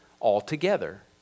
altogether